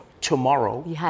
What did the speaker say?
tomorrow